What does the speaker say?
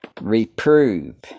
reprove